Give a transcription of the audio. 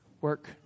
work